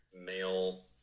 male